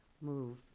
move